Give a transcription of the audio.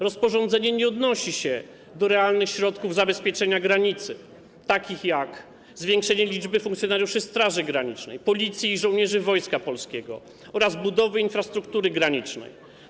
Rozporządzenie nie odnosi się do realnych środków zabezpieczenia granicy, takich jak zwiększenie liczby funkcjonariuszy Straży Granicznej, Policji i żołnierzy Wojska Polskiego oraz budowa infrastruktury granicznej.